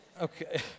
Okay